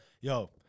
Yo